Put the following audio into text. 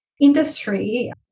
industry